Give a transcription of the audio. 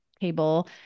table